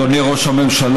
אדוני ראש הממשלה,